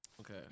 Okay